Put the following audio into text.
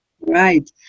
right